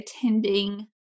attending